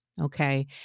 Okay